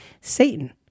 Satan